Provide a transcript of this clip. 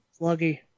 Sluggy